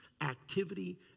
activity